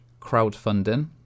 crowdfunding